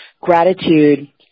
Gratitude